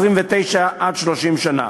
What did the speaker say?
29 30 שנה.